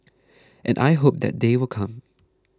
and I hope that day will come